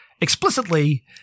explicitly